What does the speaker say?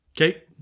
Okay